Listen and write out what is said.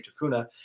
Tafuna